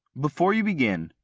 before you begin,